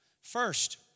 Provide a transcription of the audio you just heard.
First